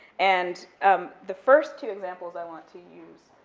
and um the first two examples i want to use,